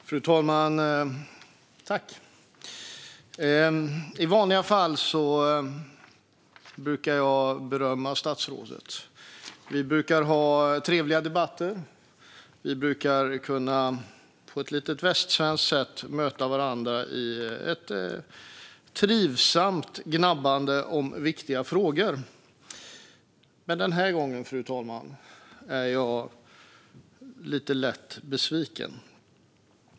Fru talman! I vanliga fall brukar jag berömma statsrådet. Vi brukar ha trevliga debatter. Vi brukar på ett lite västsvenskt sätt kunna möta varandra i ett trivsamt gnabbande om viktiga frågor. Men den här gången, fru talman, är jag lite lätt besviken.